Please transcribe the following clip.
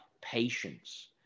patience